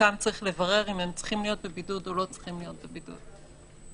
מציין שבסוף כשחתכנו לפי תו סגול,